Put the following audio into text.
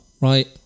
Right